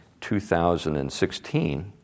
2016